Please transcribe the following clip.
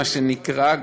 מה שנקרא,